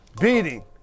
beating